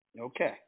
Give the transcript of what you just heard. Okay